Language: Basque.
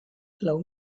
lau